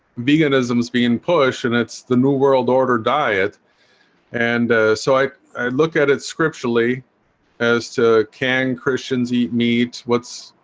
veganism is being pushed and it's the new world order diet and so i look at it scripturally as to can christians eat meat. what's